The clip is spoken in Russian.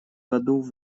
году